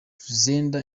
xander